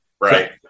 right